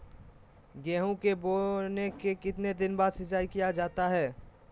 गेंहू के बोने के कितने दिन बाद सिंचाई किया जाता है?